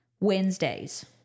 Wednesdays